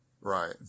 Right